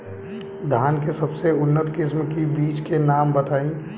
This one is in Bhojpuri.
धान के सबसे उन्नत किस्म के बिज के नाम बताई?